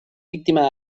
víctima